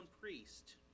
priest